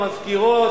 המזכירות,